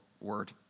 word